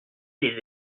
les